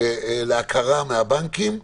להכרה מהבנקים.